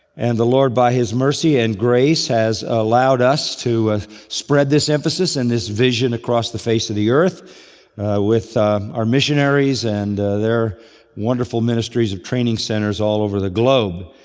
and the lord by his mercy and grace has allowed us to spread this emphasis and this vision across the face of the earth with our missionaries and their wonderful ministries and training centers all over the globe.